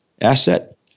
asset